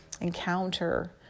encounter